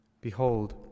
Behold